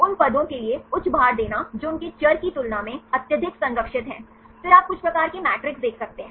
उन पदों के लिए उच्च भार देना जो उनके चर की तुलना में अत्यधिक संरक्षित हैं फिर आप कुछ प्रकार के मैट्रीस देख सकते हैं